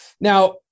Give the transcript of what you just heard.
Now